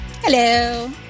Hello